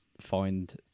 find